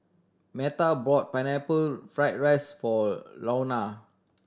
Meta bought Pineapple Fried rice for Luana